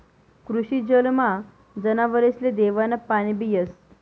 कृषी जलमा जनावरसले देवानं पाणीबी येस